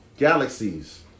Galaxies